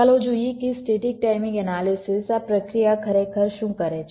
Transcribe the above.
ચાલો જોઈએ કે સ્ટેટિક ટાઈમિંગ એનાલિસિસ આ પ્રક્રિયા ખરેખર શું કરે છે